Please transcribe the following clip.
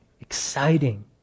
exciting